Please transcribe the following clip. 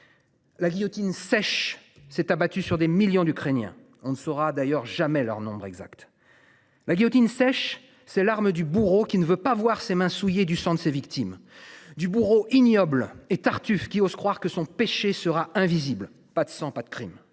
La guillotine sèche s'est abattue sur des millions d'Ukrainiens. On ne saura d'ailleurs jamais leur nombre exact. La guillotine sèche ses larmes du bourreau qui ne veut pas voir ses mains souillées du sang de ses victimes du bourreau ignoble et Tartuffe qui ose croire que son péché sera invisible, pas de sang, pas de crime.